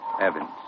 Evans